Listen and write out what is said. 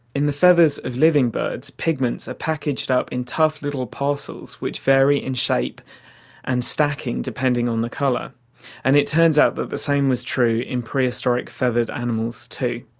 in the feathers of living birds, pigments are packaged up in tough little parcels which vary in shape and depending on the colour and it turns out but the same was true in prehistoric feathered animals too.